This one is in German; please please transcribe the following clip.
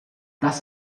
das